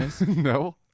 No